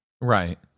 right